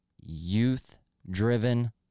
youth-driven